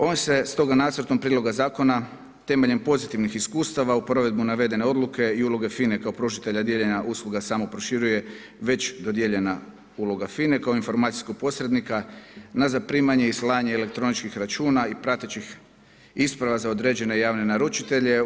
Ovim se stoga nacrtom prijedloga zakona, temeljem pozitivnih iskustava, u provedbu navedene odluke i uloge FINA-e kao pružatelja dijeljenja usluga samo proširuje već dodijeljena uloga FINA-e kao informacijskog posrednika na zaprimanje i slanje elektroničkih računa i pratećih isprava za određene javne naručitelje.